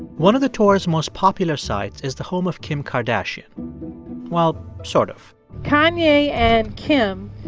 one of the tour's most popular sites is the home of kim kardashian well, sort of kanye and kim,